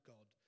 God